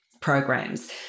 programs